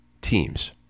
teams